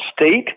State